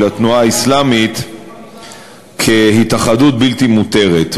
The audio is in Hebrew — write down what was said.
של התנועה האסלאמית כהתאחדות בלתי מותרת.